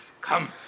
Come